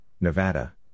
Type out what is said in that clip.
Nevada